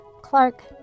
Clark